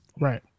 Right